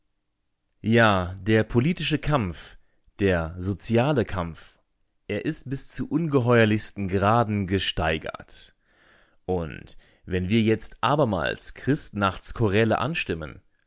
ja der politische kampf der soziale kampf er ist bis zu ungeheuerlichsten graden gesteigert und wenn wir jetzt abermals christnachtschoräle anstimmen